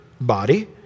body